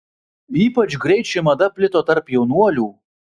ypač greit ši mada plito tarp jaunuolių